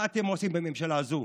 מה אתם עושים בממשלה הזו,